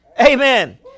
Amen